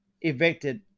evicted